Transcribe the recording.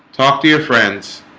talk to your friends